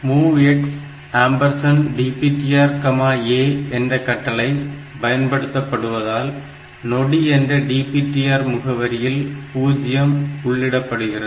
MOVX DPTRA என்ற கட்டளை பயன்படுத்தப்படுவதால் நொடி என்ற DPTR முகவரியில் 0 உள்ளிடப்படுகிறது